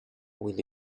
will